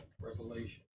revelation